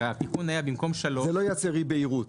הרי התיקון היה במקום שלוש --- זה לא ייצר אי בהירות?